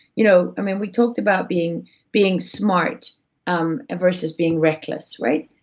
you know um and we talked about being being smart um versus being reckless right?